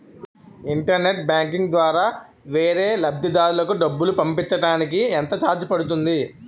Internet banking ద్వారా వేరే లబ్ధిదారులకు డబ్బులు పంపించటానికి ఎంత ఛార్జ్ పడుతుంది?